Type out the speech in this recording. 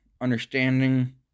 understanding